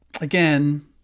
again